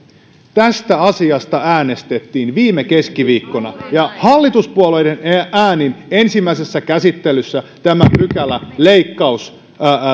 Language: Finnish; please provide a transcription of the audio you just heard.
tästä asiasta äänestettiin viime keskiviikkona ja hallituspuolueiden äänin ensimmäisessä käsittelyssä tämä pykälä leikkaus